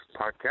podcast